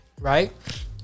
right